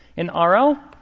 in ah rl,